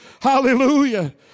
Hallelujah